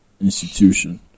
institution